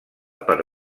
per